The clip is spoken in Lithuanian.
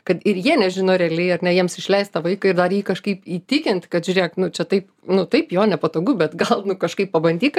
kad ir jie nežino realiai ar ne jiems išleist tą vaiką ir jį dar kažkaip įtikint kad žiūrėk nu čia taip nu taip jo nepatogu bet gal kažkaip pabandyk